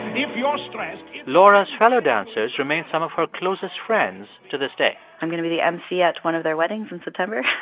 if you're stressed. laura's fellow dancers remain some of her closest friends to this day i'm going to be the emcee at one of their weddings in september.